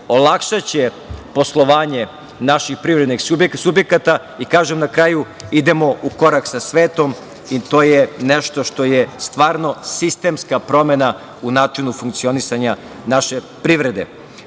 olakšaće poslovanje naših privrednih subjekata. Na kraju, kažem, idemo u korak sa svetom i to je nešto što je stvarno sistemska promena u načinu funkcionisanja naše privrede. Pred